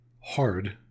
hard